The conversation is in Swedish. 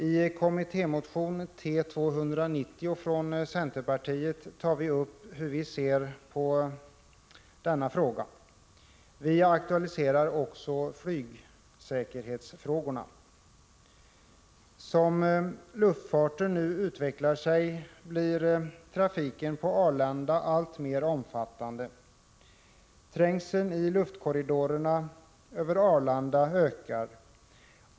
I kommittémotion T290 från centerpartiet tar vi upp hur vi ser på denna fråga. Vi aktualiserar också flygsäkerhetsfrågorna. Som luftfarten nu utvecklar sig blir trafiken på Arlanda alltmer omfattande. Trängseln i luftkorridorerna över Arlanda ökar.